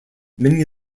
many